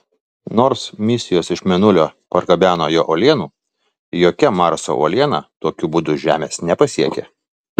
nors misijos iš mėnulio pargabeno jo uolienų jokia marso uoliena tokiu būdu žemės nepasiekė